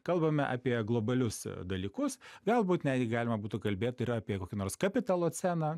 kalbame apie globalius dalykus galbūt netgi galima būtų kalbėt ir apie kokį nors kapitaloceną